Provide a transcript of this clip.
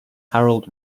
harold